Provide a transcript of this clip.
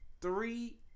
three